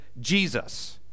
Jesus